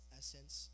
essence